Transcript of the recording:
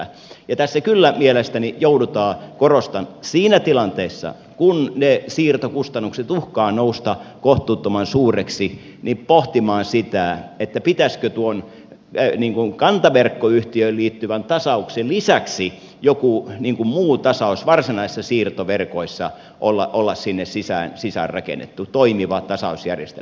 ja tässä kyllä mielestäni joudutaan korostan siinä tilanteessa kun ne siirtokustannukset uhkaavat nousta kohtuuttoman suuriksi pohtimaan sitä pitäisikö tuon kantaverkkoyhtiöön liittyvän tasauksen lisäksi jonkun muun tasauksen varsinaisissa siirtoverkoissa olla sinne sisäänrakennettu toimiva tasausjärjestelmä